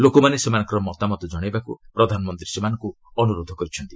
ଲୋକମାନେ ସେମାନଙ୍କର ମତାମତ କଣାଇବାକୁ ପ୍ରଧାନମନ୍ତ୍ରୀ ସେମାନଙ୍କୁ ଅନୁରୋଧ କରିଛନ୍ତି